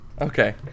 okay